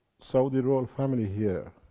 saudi royal family here.